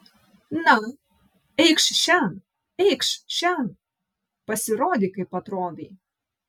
na eikš šen eikš šen pasirodyk kaip atrodai